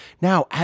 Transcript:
now